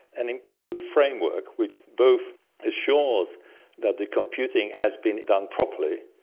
an improved framework which both assures that the computing has been done properly,